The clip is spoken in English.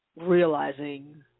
realizing